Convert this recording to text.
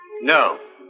No